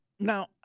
Now